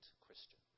Christian